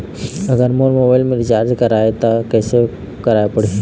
अगर मोर मोबाइल मे रिचार्ज कराए त कैसे कराए पड़ही?